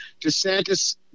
DeSantis